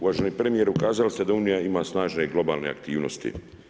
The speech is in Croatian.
Uvaženi premijeru, kazali ste da Unija ima snažne globalne aktivnosti.